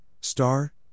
star